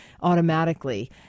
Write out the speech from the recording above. automatically